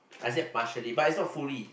I say partially but it's not fully